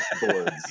boards